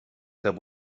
que